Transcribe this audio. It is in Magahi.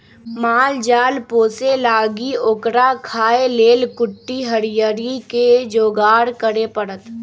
माल जाल पोशे लागी ओकरा खाय् लेल कुट्टी हरियरी कें जोगार करे परत